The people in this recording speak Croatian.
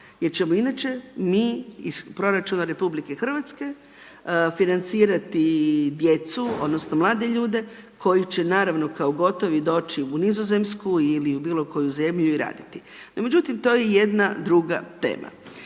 jer ćemo inače mi iz proračuna Republike Hrvatske financirati djecu odnosno mlade ljude koji će naravno kao gotovi doći u Nizozemsku ili bilo koju zemlju i raditi. No međutim, to je jedna druga tema.